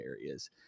areas